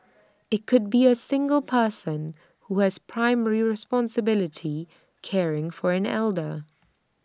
IT could be A single person who has primary responsibility caring for an elder